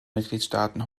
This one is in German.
mitgliedstaaten